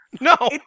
no